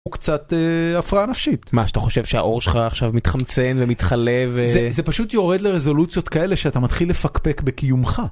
קצת הפרעה נפשית מה שאתה חושב שהעור שלך עכשיו מתחמצן ומתחלה וזה פשוט יורד לרזולוציות כאלה שאתה מתחיל לפקפק בקיומך.